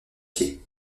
pieds